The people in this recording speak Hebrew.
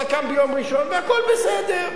אתה קם ביום ראשון והכול בסדר.